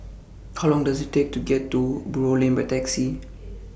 How Long Does IT Take to get to Buroh Lane By Taxi